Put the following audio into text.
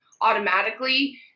automatically